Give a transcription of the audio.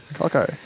Okay